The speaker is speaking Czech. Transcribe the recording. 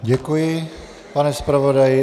Děkuji, pane zpravodaji.